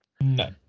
no